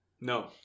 No